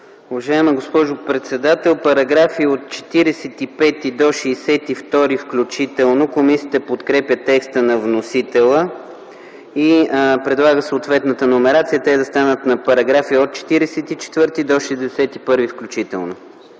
Уважаема госпожо председател, по параграфи от 45 до 62 включително, комисията подкрепя текста на вносителя и предлага съответната преномерация, те да станат на параграфи от 44 до 61 включително.